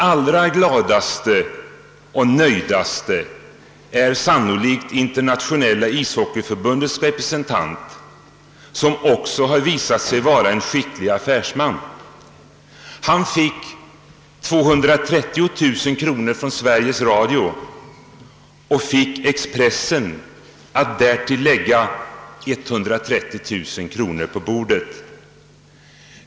Allra gladast och nöjdast är sannolikt Internationella ishockeyförbundets representant, som också har visat sig vara en skicklig affärsman. Han erhöll 230 000 kronor från Sveriges Radio och fick även Expressen att lägga 130 000 kronor på bordet.